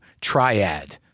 triad